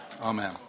Amen